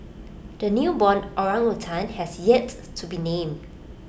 the newborn orangutan has yet to be named